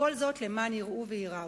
וכל זאת למען יראו וייראו.